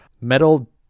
metal